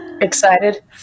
Excited